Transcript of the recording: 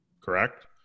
Correct